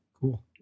Cool